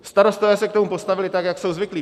Starostové se k tomu postavili tak, jak jsou zvyklí.